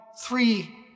three